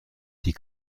die